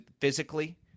physically